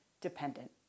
dependent